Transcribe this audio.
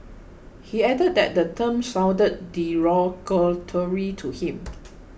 he added that the term sounded derogatory to him